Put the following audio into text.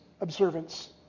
observance